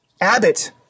Abbott